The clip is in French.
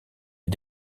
est